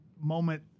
moment